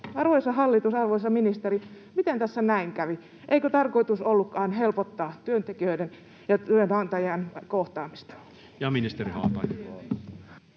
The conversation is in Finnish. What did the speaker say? Arvoisa hallitus, arvoisa ministeri, miten tässä näin kävi? Eikö tarkoitus ollutkaan helpottaa työntekijöiden ja työnantajan kohtaamista? [Speech 12] Speaker: